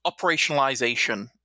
operationalization